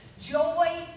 Joy